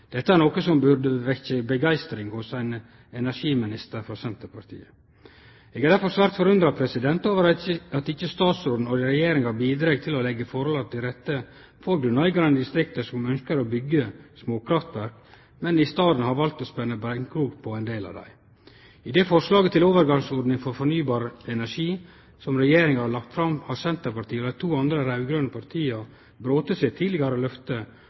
Dette er noko som burde vekkje begeistring hos ein energiminister frå Senterpartiet. Eg er derfor svært forundra over at ikkje statsråden og Regjeringa bidreg til å leggje forholda til rette for grunneigarar i distrikta som ønskjer å byggje småkraftverk, men i staden har valt å spenne beinkrok på ein del av dei. I det forslaget til overgangsordning for fornybar energi som Regjeringa har lagt fram, har Senterpartiet og dei to andre raud-grøne partia brote sitt tidlegare løfte